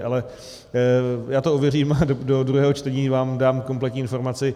Ale já to ověřím a do druhého čtení vám dám kompletní informaci.